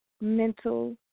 mental